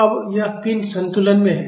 तो अब यह पिंड संतुलन में है